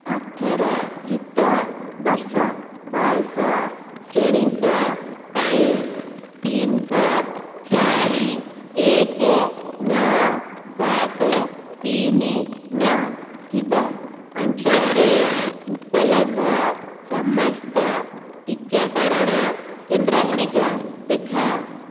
ଅଠର ଯୁକ୍ତ ବର୍ଷ ବୟସ ଶ୍ରେଣୀଙ୍କ ପାଇଁ ପିନ୍ କୋଡ଼୍ ଚାରି ଏକ ନଅ ସାତ ତିନି ନଅ ଥିବା ଅଞ୍ଚଳରେ ଉପଲବ୍ଧ ସମସ୍ତ ଟିକାକରଣ କେନ୍ଦ୍ରଗୁଡ଼ିକ ଦେଖାଅ